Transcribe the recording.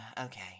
okay